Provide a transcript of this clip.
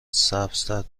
سبزتر